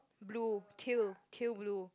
blue tail tail blue